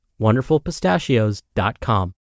wonderfulpistachios.com